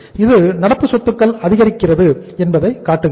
இது நடப்பு சொத்துக்கள் அதிகரித்திருக்கிறது என்பதை காட்டுகிறது